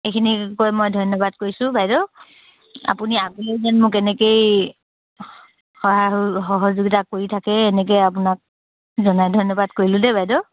এইখিনি কৈ মই ধন্যবাদ কৰিছোঁ বাইদেউ আপুনি আগলৈ যেন মোক এনেকৈয়ে সহায় সহযোগিতা কৰি থাকে এনেকৈ আপোনাক জনাই ধন্যবাদ কৰিলোঁ দেই বাইদেউ